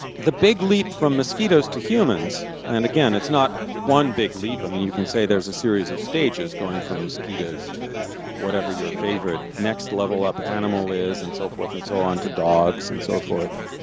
the big leap from mosquitoes to humans, and again it's not one big leap, i mean you can say there's a series of stages going from mosquitoes to whatever your favourite next level up animal is, and so forth and so on, to dogs and so forth,